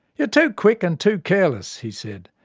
you're too quick and too careless he said.